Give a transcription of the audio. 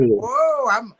Whoa